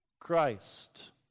Christ